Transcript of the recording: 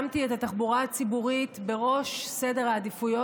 שמתי את התחבורה הציבורית בראש סדר העדיפויות.